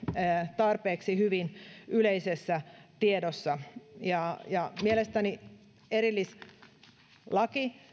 tarpeeksi hyvin yleisessä tiedossa mielestäni erillislaki